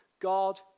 God